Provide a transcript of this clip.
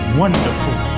wonderful